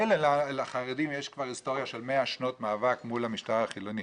מילא לחרדים יש כבר היסטוריה של 100 שנות מאבק מול המשטר החילוני,